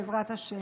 בעזרת השם.